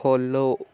follow